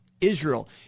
Israel